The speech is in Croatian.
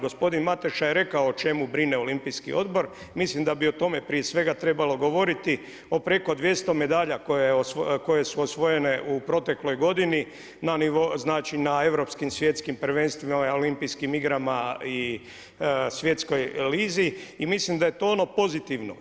Gospodin Mateša je rekao o čemu brine Olimpijski odbor, mislim da bi o tome prije svega trebalo govoriti o preko 200 medalja koje su osvojene u protekloj na europskim i svjetskim prvenstvima, Olimpijskim igrama i svjetskoj ligi i mislim da je to ono pozitivno.